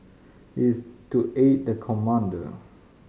is to aid the commander